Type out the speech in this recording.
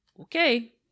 Okay